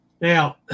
Now